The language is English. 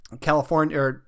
California